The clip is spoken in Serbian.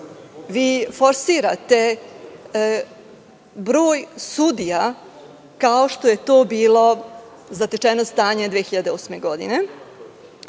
vi forsirate broj sudija, kao što je to bilo zatečeno stanje 2008. godine.